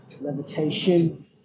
levitation